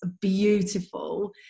beautiful